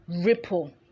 ripple